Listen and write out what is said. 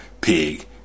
pig